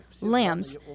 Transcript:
lambs